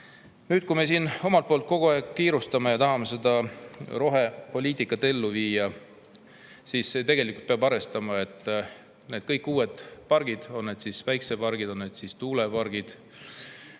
Nüüd, kui me siin omalt poolt kogu aeg kiirustame ja tahame seda rohepoliitikat ellu viia, siis tegelikult peab arvestama, et kõik uued pargid, on need siis päikesepargid või tuulepargid,